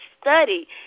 study